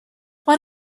what